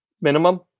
minimum